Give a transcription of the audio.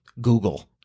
Google